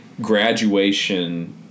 graduation